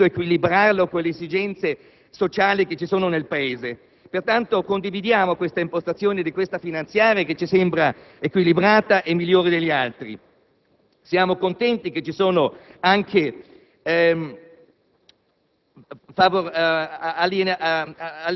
deve rimanere, ma è anche giusto equilibrarlo rispondendo alle esigenze sociali che ci sono nel Paese. Pertanto, condividiamo l'impostazione di questa finanziaria, che ci sembra equilibrata e migliore delle altre. Siamo contenti che ci siano anche